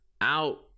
out